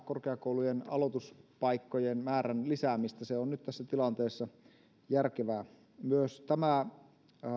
korkeakoulujen aloituspaikkojen määrän lisäämistä se on nyt tässä tilanteessa järkevää myös tämä